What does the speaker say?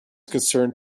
concerned